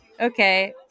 okay